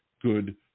good